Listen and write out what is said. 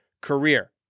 career